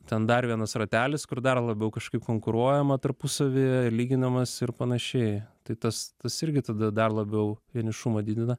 ten dar vienas ratelis kur dar labiau kažkaip konkuruojama tarpusavyje lyginamasi ir panašiai tai tas tas irgi tada dar labiau vienišumą didina